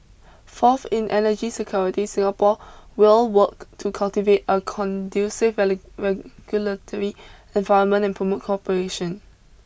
fourth in energy security Singapore will work to cultivate a conducive regulatory environment and promote cooperation